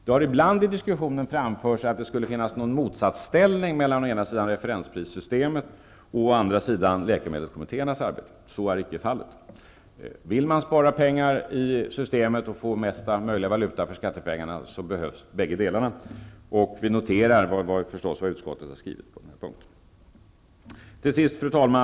Det har ibland i diskussionen framförts att det skulle finnas någon motsatsställning mellan referensprissystemet och läkemedelskommittéernas arbete. Så är icke fallet. Om man vill spara pengar i systemet och få mesta möjliga valuta för skattepengarna behövs båda sakerna. Vi noterar naturligtvis vad utskottet har skrivit på denna punkt. Fru talman!